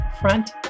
Front